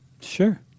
Sure